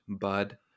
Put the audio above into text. Bud